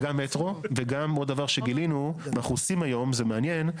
זה מעניין,